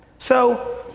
so,